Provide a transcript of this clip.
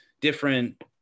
different